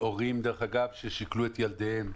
הורים ששכלו את ילדיהם,